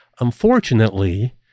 Unfortunately